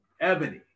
Ebony